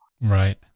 Right